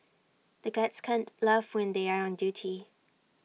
the guards can't laugh when they are on duty